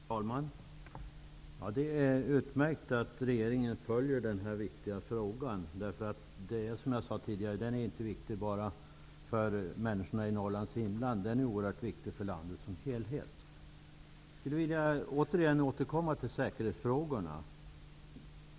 Herr talman! Det är utmärkt att regeringen följer denna viktiga fråga. Som jag sade tidigare är den inte bara viktig för människorna i Norrlands inland utan även för landet som helhet. Jag skulle vilja återkomma till säkerhetsfrågorna.